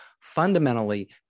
fundamentally